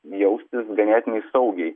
jaustis ganėtinai saugiai